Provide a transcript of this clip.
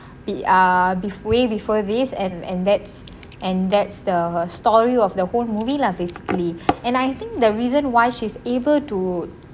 we uh way before this and and that's and that's the story of the whole movie lah basically and I think the reason why she's able to